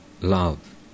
love